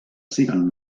siguen